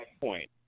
point